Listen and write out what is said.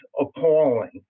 appalling